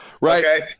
right